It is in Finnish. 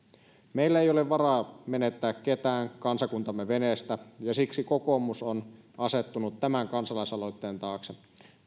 meillä ei ole varaa menettää ketään kansakuntamme veneestä ja siksi kokoomus on asettunut tämän kansalaisaloitteen taakse